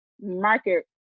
market